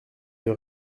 deux